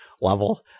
level